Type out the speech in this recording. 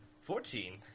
Fourteen